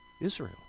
Israel